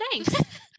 thanks